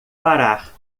parar